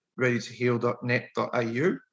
readytoheal.net.au